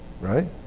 Right